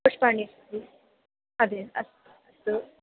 पुष्पाणि अस्तु अद् अस्तु